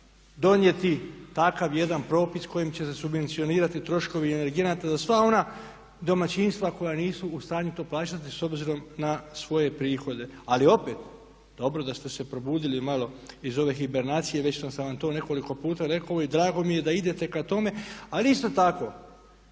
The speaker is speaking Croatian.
donijeti takav jedan propis kojim će se subvencionirati troškovi energenata za sva ona domaćinstva koja nisu u stanju to plaćati s obzirom na svoje prihode. Ali opet, dobro da ste se probudili malo iz ove hibernacije. Već sam vam to nekoliko puta rekao i drago mi je da idete ka tome. Al i isto tako,